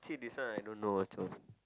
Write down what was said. this one I don't know also